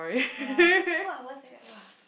ya two hours eh !wah!